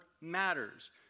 matters